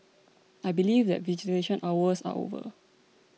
i believe that hours are over